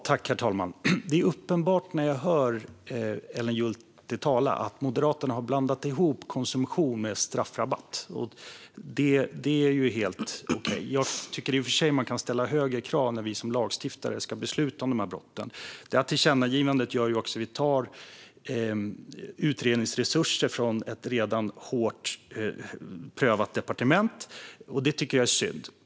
Herr talman! När Ellen Juntti talar är det uppenbart att Moderaterna har blandat ihop konsumtion med straffrabatt. Det är ju helt okej, även om jag tycker att man kan ställa högre krav när vi som lagstiftare ska besluta om dessa brott. Detta tillkännagivande gör också att vi tar utredningsresurser från ett redan hårt prövat departement, och det tycker jag är synd.